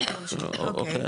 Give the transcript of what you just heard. אוקי,